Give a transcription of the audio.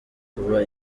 kuba